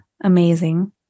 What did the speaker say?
amazing